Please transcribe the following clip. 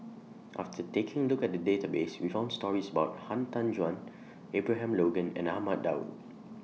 after taking A Look At The Database We found stories about Han Tan Juan Abraham Logan and Ahmad Daud